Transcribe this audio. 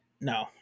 No